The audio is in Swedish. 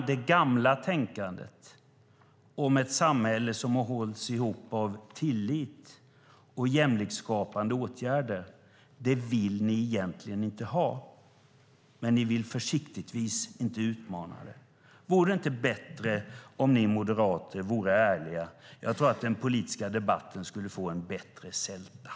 Det gamla tänkandet, om ett samhälle som har hållits ihop av tillit och jämlikhetsskapande åtgärder, vill ni egentligen inte ha. Ni vill dock försiktigtvis inte utmana det. Vore det inte bättre om ni moderater var ärliga? Jag tror att den politiska debatten skulle få en bättre sälta.